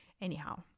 Anyhow